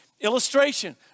illustration